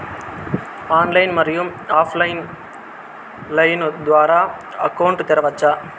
Online, మరియు offline line ద్వారా account తెరవచ్చా?